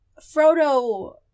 Frodo